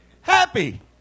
Happy